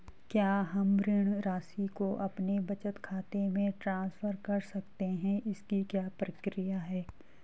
क्या हम ऋण राशि को अपने बचत खाते में ट्रांसफर कर सकते हैं इसकी क्या प्रक्रिया है?